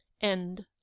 End